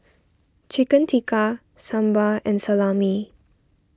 Chicken Tikka Sambar and Salami